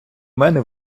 мене